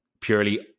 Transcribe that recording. purely